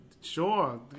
sure